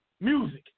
Music